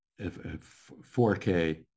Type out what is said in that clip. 4K